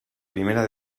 primera